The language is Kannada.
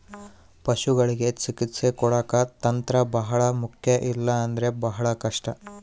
ಪಶುಗಳಿಗೆ ಚಿಕಿತ್ಸೆ ಕೊಡಾಕ ತಂತ್ರ ಬಹಳ ಮುಖ್ಯ ಇಲ್ಲ ಅಂದ್ರೆ ಬಹಳ ಕಷ್ಟ